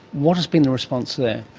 what has been the response there?